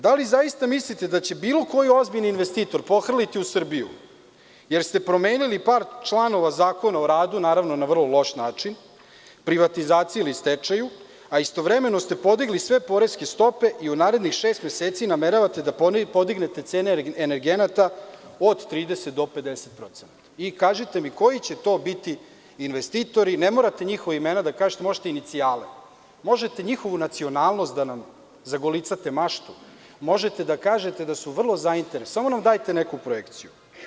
Da li zaista mislite da će bilo koji ozbiljan investitor pohrliti u Srbiju, jer ste promenili par članova Zakona o radu, naravno na vrlo loš način, privatizaciji ili stečaju, a istovremeno ste podigli sve poreske stope i u narednih šest meseci nameravate da podignete cene energenata, od 30% do 50% i kažite mi koji će to biti investitori, ne morate njihova imena da kažete, možete njihove inicijale, možete njihovu nacionalnost, da bi nam zagolicali maštu, možete da kažete da su vrlo zainteresovani, samo nam dajte neku projekciju.